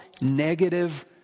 negative